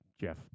Jeff